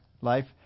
life